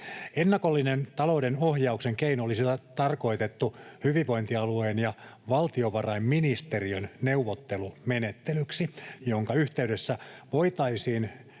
Ennakollinen talouden ohjauksen keino olisi tarkoitettu hyvinvointialueen ja valtiovarainministeriön neuvottelumenettelyksi, jonka yhteydessä voitaisiin